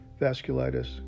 vasculitis